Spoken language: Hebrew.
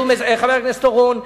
חבר הכנסת אורון,